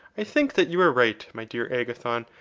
i think that you were right, my dear agathon,